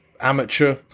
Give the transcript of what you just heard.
amateur